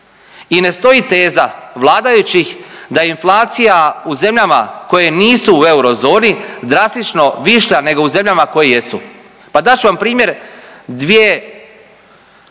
I ne stoji teza vladajućih da inflacija u zemljama koje nisu u eurozoni drastično višlja nego u zemljama koje jesu. Pa dat ću vam primjer dvije